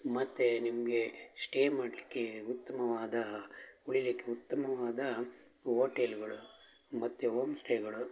ಮತ್ತು ನಿಮಗೆ ಸ್ಟೇ ಮಾಡಲಿಕ್ಕೆ ಉತ್ತಮವಾದಾ ಉಳೀಲಿಕ್ಕೆ ಉತ್ತಮವಾದ ಹೋಟೆಲ್ಗಳು ಮತ್ತು ಓಮ್ ಸ್ಟೇಗಳು